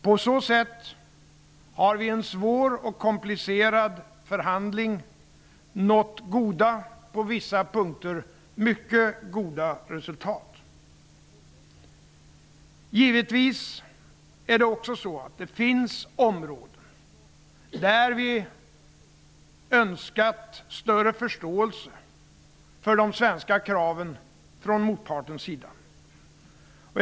På så sätt har vi i en svår och komplicerad förhandling nått goda, på vissa punkter mycket goda, resultat. Givetvis finns det också områden där vi hade önskat större förståelse från motpartens sida för de svenska kraven.